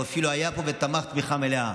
הוא אפילו היה פה ותמך תמיכה מלאה.